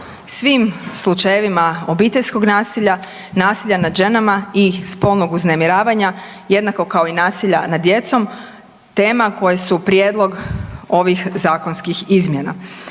svim slučajevima obiteljskog nasilja, nasilja nad ženama i spolnog uznemiravanja jednako kao i nasilja nad djecom. Tema koje su prijedlog ovih zakonskih izmjena.